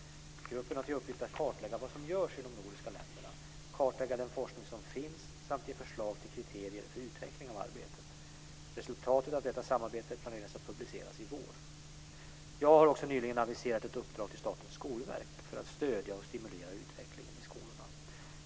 Gruppen har till uppgift att kartlägga vad som görs i de nordiska länderna, kartlägga den forskning som finns samt ge förslag till kriterier för utveckling av arbetet. Resultatet av detta samarbete planeras att publiceras i vår. Jag har nyligen aviserat ett uppdrag till Statens skolverk för att stödja och stimulera utvecklingen i skolorna.